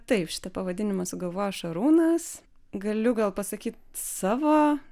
taip šitą pavadinimą sugalvojo šarūnas galiu gal pasakyt savo